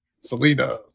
Selena